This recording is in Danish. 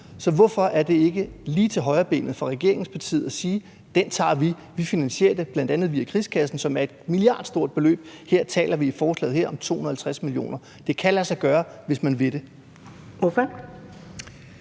så hvorfor er det ikke lige til højrebenet for regeringspartiet at sige: Den tager vi, vi finansierer det bl.a. via krigskassen? I den er der et milliardstort beløb, og i forslaget her taler vi om 250 mio. kr. Det kan lade sig gøre, hvis man vil det. Kl.